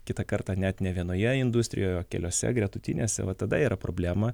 kitą kartą net nė vienoje industrijoje o keliose gretutinėse va tada yra problema